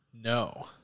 No